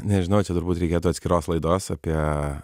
nežinau čia turbūt reikėtų atskiros laidos apie